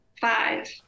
Five